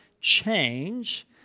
change